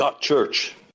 Church